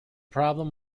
problem